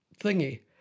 thingy